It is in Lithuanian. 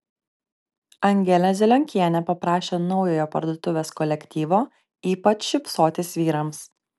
angelė zelionkienė paprašė naujojo parduotuvės kolektyvo ypač šypsotis vyrams